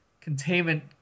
containment